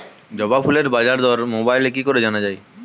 জবা ফুলের বাজার দর মোবাইলে কি করে জানা যায়?